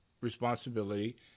responsibility